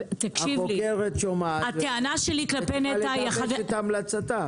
החוקרת שומעת, וצריכה לגבש את המלצתה.